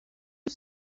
you